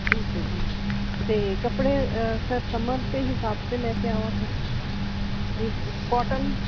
ਠੀਕ ਐ ਜੀ ਤੇ ਕੱਪੜੇ ਸਰ ਸਮਝਦੇ ਹਿਸਾਬ ਤੇ ਲੈ ਕੇ ਆਵਾਂ ਫਿਰ ਵੀ ਕਾਟਨ